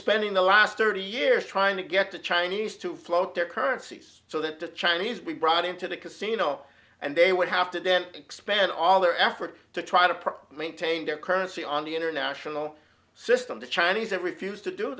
spending the last thirty years trying to get the chinese to float their currencies so that the chinese be brought into the casino and they would have to then expand all their effort to try to prop maintain their currency on the international system the chinese every fuse to do